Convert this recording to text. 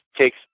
takes